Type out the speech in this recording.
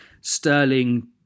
Sterling